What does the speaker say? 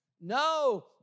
No